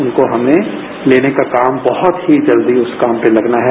उनको हमे लेने का काम बहुत ही जल्दी उस काम पे लगना है